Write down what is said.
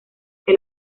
que